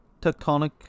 tectonic